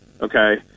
Okay